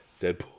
Deadpool